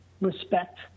respect